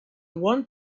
want